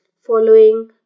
following